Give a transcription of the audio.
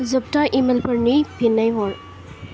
जोबथा इमेलफोरनि फिन्नाय हर